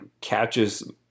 catches